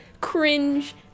cringe